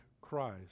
Christ